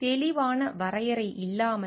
தெளிவான வரையறை இல்லாமல்